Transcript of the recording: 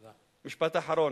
משפט אחרון,